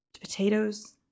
Potatoes